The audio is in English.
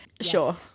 Sure